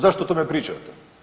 Zašto o tome pričate?